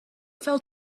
fell